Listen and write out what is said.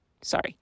Sorry